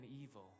evil